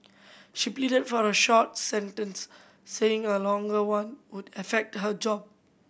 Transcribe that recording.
she pleaded for a short sentence saying a longer one would affect her job